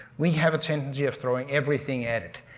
we have a tendency of throwing everything at it.